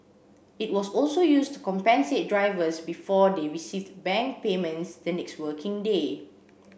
it was also used to compensate drivers before they received bank payments the next working day